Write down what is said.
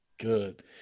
Good